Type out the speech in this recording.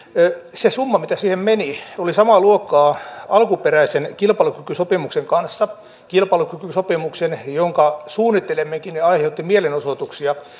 se summa mitä siihen meni oli samaa luokkaa alkuperäisen kilpailukykysopimuksen kanssa kilpailukykysopimuksen jonka suunnitteleminenkin aiheutti mielenosoituksia